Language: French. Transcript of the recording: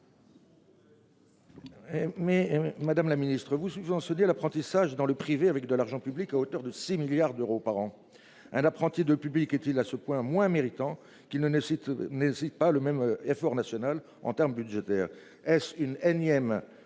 madame la Ministre vous souvent se dit à l'apprentissage dans le privé avec de l'argent public à hauteur de 6 milliards d'euros par an. Un apprenti de public est-il à ce point moins méritants qui ne nécessite n'hésite pas le même effort national en termes budgétaires est une énième